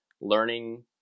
learning